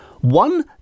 one